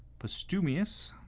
postumius.